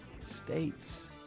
states